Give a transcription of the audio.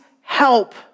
help